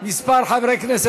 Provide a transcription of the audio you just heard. כמה חברי כנסת